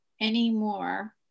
anymore